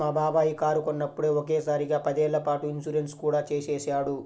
మా బాబాయి కారు కొన్నప్పుడే ఒకే సారిగా పదేళ్ళ పాటు ఇన్సూరెన్సు కూడా చేసేశాడు